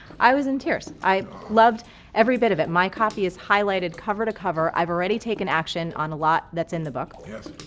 i was in tears. i loved every bit of it. my copy is highlighted cover to cover, i've already taken action on a lot that's in the book. yes.